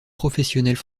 professionnelles